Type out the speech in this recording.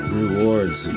rewards